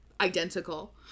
identical